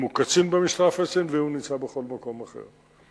אם הוא קצין במשטרה הפלסטינית ואם הוא נמצא בכל מקום אחר.